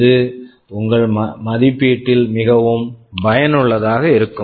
இது உங்கள் மதிப்பீட்டில் மிகவும் பயனுள்ளதாக இருக்கும்